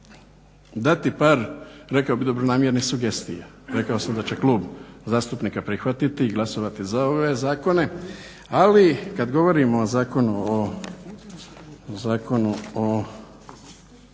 dati par rekao bih dobronamjernih sugestija. Rekao sam da će klub zastupnika prihvatiti i glasovati za ove zakone, ali kad govorimo o Zakonu o